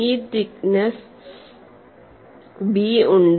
ഈ thickness B ഉണ്ട്